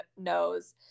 knows